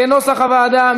כנוסח הוועדה.